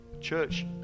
church